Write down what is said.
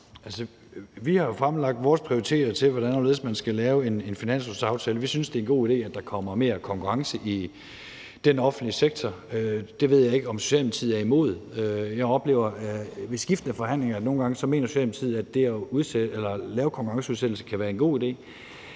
Vi har jo fremlagt vores prioriteter til, hvordan og hvorledes man skal lave en finanslovsaftale. Vi synes, det er en god idé, at der kommer mere konkurrence i den offentlige sektor. Det ved jeg ikke om Socialdemokratiet er imod. Jeg oplever ved skiftende forhandlinger, at nogle gange mener Socialdemokratiet, at det at lave konkurrenceudsættelse kan være en god idé,